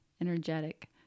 energetic